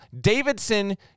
Davidson